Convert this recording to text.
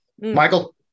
Michael